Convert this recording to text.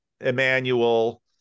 Emmanuel